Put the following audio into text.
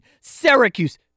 Syracuse